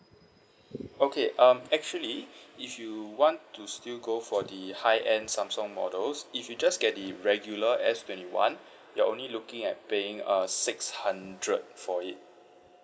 okay um actually if you want to still go for the high end samsung models if you just get the regular S twenty one you're only looking at paying uh six hundred for it